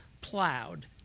plowed